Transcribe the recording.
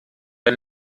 der